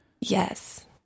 Yes